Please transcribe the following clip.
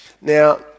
Now